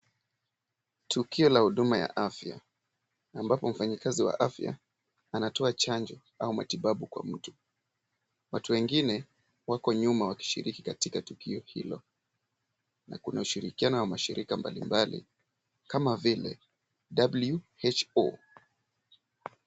Tukio la huduma ya afya ambapo mfanyikazi wa afya anatoa chanjo au matibabu kwa mtu. Watu wengine wako nyuma wakishiriki katika tukio hilo. Na kuna ushirikiano na mashirika mbalimbali kama vile W.H.O.